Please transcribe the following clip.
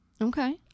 Okay